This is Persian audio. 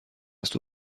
است